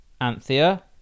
Anthea